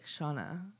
Shauna